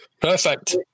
perfect